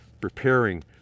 preparing